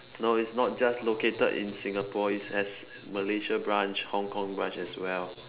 no it's not just located in Singapore it has Malaysia branch Hong-Kong branch as well